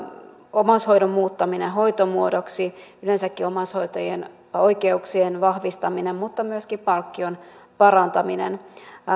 omaishoidon muuttamiseen hoitomuodoksi yleensäkin omaishoitajien oikeuksien vahvistamiseen mutta myöskin palkkion parantamiseen